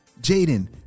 Jaden